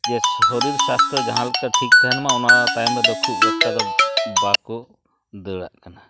ᱥᱚᱨᱤᱨ ᱥᱟᱥᱛᱚ ᱡᱟᱦᱟᱸ ᱞᱮᱠᱟ ᱴᱷᱤᱠ ᱛᱟᱦᱮᱱᱢᱟ ᱚᱱᱟ ᱛᱟᱭᱚᱢ ᱨᱮ ᱫᱚ ᱠᱷᱩᱵ ᱮᱠᱴᱟ ᱫᱚ ᱵᱟᱠᱚ ᱫᱟᱹᱲᱟᱜ ᱠᱟᱱᱟ